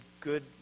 good